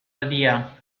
idea